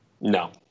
No